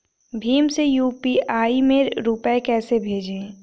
भीम से यू.पी.आई में रूपए कैसे भेजें?